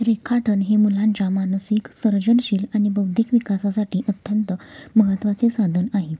रेखाटन हे मुलांच्या मानसिक सर्जनशील आणि बौद्धिक विकासासाठी अत्यंत महत्त्वाचे साधन आहे